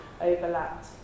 overlapped